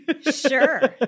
Sure